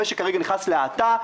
המשק כרגע נכנס להאטה,